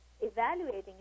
evaluating